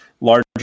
larger